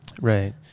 Right